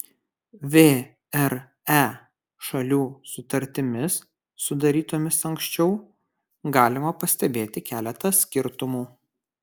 vre šalių sutartimis sudarytomis anksčiau galima pastebėti keletą skirtumų